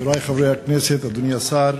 חברי חברי הכנסת, אדוני השר,